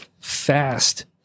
fast